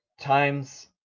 times